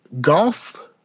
golf